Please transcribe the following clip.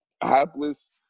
hapless